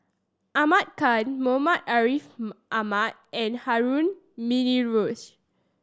Ahmad Khan Muhammad Ariff Ahmad and Harun Aminurrashid